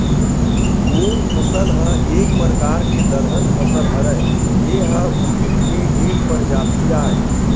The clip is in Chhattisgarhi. मूंग फसल ह एक परकार के दलहन फसल हरय, ए ह उरिद के एक परजाति आय